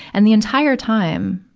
and the entire time,